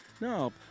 No